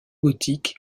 gothique